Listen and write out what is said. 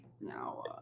Now –